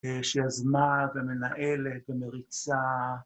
‫שיזמה ומנהלת ומריצה.